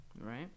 Right